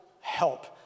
help